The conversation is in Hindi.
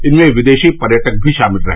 इनमें विदेशी पर्यटक भी शामिल रहे